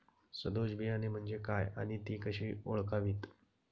सदोष बियाणे म्हणजे काय आणि ती कशी ओळखावीत?